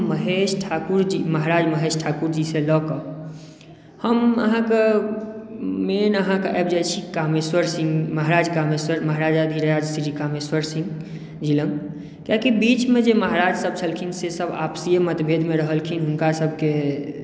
हम अहाँक मेन अहाँक आबि जाइ छी कामेश्वर सिंह महाराज महाराजाधिराज श्री कामेश्वर सिंहजी लगमे कियाकी बीचमे जे महाराज सभ छलखिन से सभ आपसेमे मतभेदमे रहलखिन हुनका सभके